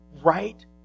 right